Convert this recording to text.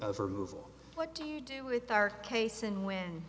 move what do you do with our case and when